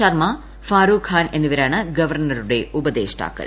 ശർമ്മ ഫാറൂഖ് ഖാൻ എന്നിവരാണ് ഗവർണറുടെ ഉപദേഷ്ടാക്കൾ